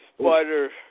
spider